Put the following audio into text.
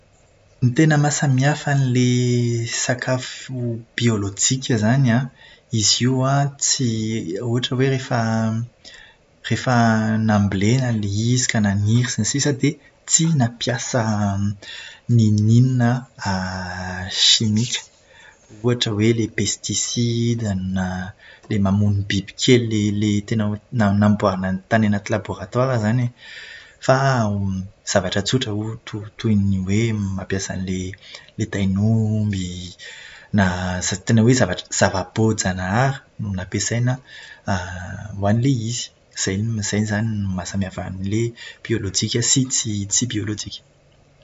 Ny tena mahasamihafa an'ilay sakafo biolojika izany an, izy io an tsy ohatra hoe rehefa, rehefa nambolena ilay izy ka naniry sy ny sisa an, dia tsy nampiasa n'inon'inona simika. Ohatra hoe ilay pestisida na ilay mamono bibikely, ilay tena na- namboarina tany anaty labaoratoara izany e. Fa zavatra tsotra ohatra toy ny hoe mampiasa an'ilay tain'omby, na za- tena hoe zava-boajanahary no nampiasaina ho an'ilay izy. Izay no- izay izany no mahasamihafa an'ilay biolojika sy tsy biolojika.